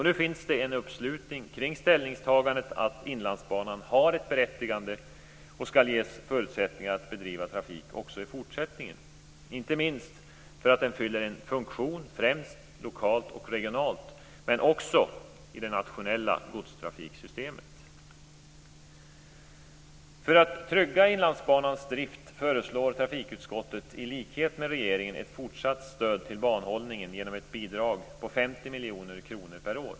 Nu finns en uppslutning kring ställningstagandet att Inlandsbanan har ett berättigande och skall ges förutsättningar att bedriva trafik också i fortsättningen, inte minst för att den fyller en funktion främst lokalt och regionalt men också i det nationella godstrafiksystemet. För att trygga Inlandsbanans drift föreslår trafikutskottet, i likhet med regeringen, ett fortsatt stöd till banhållningen genom ett bidrag på 50 miljoner kronor per år.